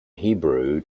hebrew